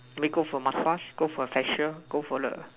we go for massage go for facial go for the